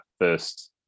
first